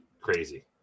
crazy